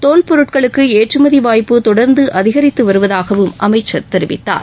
தோல் பொருட்களுக்கு ஏற்றுமதி வாய்ப்பு தொடர்ந்து அதிகரித்து வருவதாகவும் அமைச்சர் தெரிவித்தார்